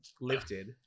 lifted